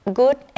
good